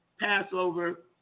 Passover